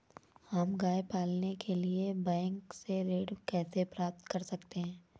हम गाय पालने के लिए बैंक से ऋण कैसे प्राप्त कर सकते हैं?